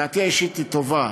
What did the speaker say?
דעתי האישית היא טובה.